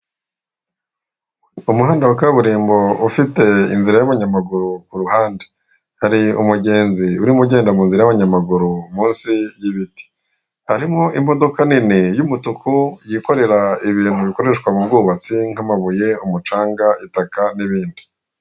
Umuhanda wa kaburimbo ufite inzira y'abanyamaguru ku ruhande, hari umugenzi urimo ugenda mu nzira y'abanyamaguru munsi y'ibiti, harimo imodoka nini y'umutuku yikorera ibintu bikoreshwa mu bwubatsi nk'amabuye, umucanga, itaka n'ibindi.